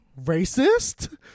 Racist